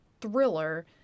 thriller